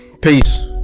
Peace